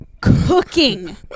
cooking